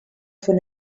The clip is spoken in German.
von